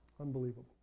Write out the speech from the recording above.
Unbelievable